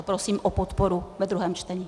Prosím o podporu ve druhém čtení.